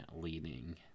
leading